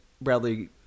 Bradley